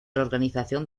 reorganización